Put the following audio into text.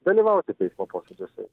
dalyvauti teismo posėdžiuose